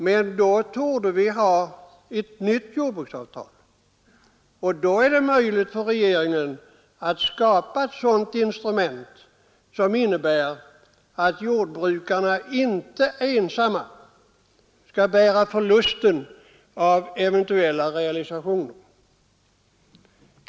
Men då torde vi ha ett nytt jordbruksavtal, och då är det möjligt för regeringen att skapa ett sådant instrument som innebär att jordbrukarna inte ensamma skall bära förluster av eventuella realisationer.